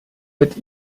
mit